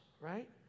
right